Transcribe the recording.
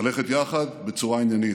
ללכת יחד בצורה עניינית.